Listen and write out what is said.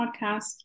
podcast